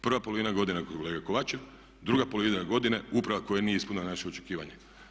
Prva polovina godine kolega Kovačev, druga polovina godine uprava koja nije ispunila naša očekivanja.